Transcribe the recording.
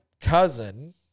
cousin